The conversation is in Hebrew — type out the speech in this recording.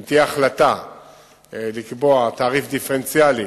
אם תהיה החלטה לקבוע תעריף דיפרנציאלי